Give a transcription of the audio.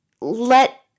let